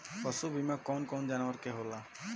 पशु बीमा कौन कौन जानवर के होला?